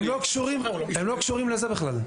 הם לא קשורים לזה בכלל.